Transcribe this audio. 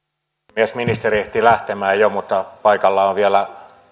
puhemies ministeri ehti lähtemään jo mutta paikalla on on vielä